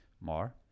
more